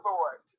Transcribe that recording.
Lord